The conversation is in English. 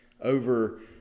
over